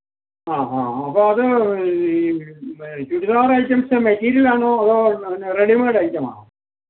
ആഹ് ആഹ് ആഹ് അപ്പം അത് ഈ ചുരിദാർ ഐറ്റംസ് മെറ്റീരിയലാണോ അതോ എന്നാ റെഡി മേയ്ഡ് ഐറ്റമാണോ